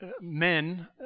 men